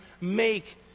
make